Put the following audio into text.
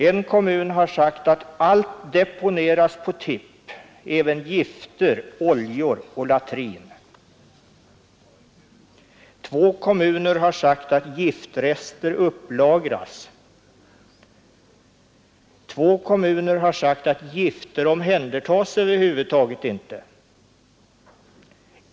En kommun har sagt att allt deponeras på tipp, även gifter, oljor och latrin. Två kommuner har sagt att giftrester upplagras. Två kommuner har sagt att gifter omhändertas över huvud taget inte.